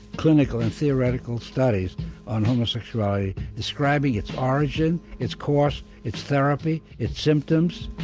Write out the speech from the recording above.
clinical and theoretical studies on homosexuality describing its origin, its course, its therapy, its symptoms.